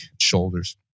shoulders